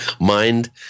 Mind